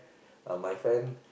uh my friend